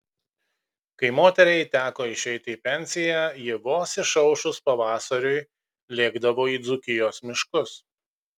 kai moteriai teko išeiti į pensiją ji vos išaušus pavasariui lėkdavo į dzūkijos miškus